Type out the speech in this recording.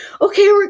Okay